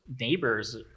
neighbors